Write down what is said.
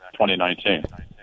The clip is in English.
2019